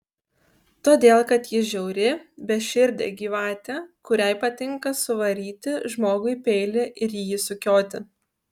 todėl kad ji žiauri beširdė gyvatė kuriai patinka suvaryti žmogui peilį ir jį sukioti